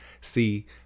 See